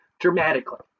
dramatically